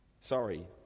Sorry